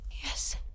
Yes